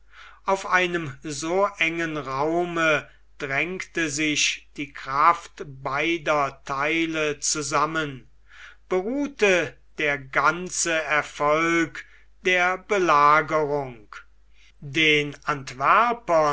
auf einem so engen raume drängte sich die kraft beider theile zusammen beruhte der ganze erfolg der belagerung den antwerpern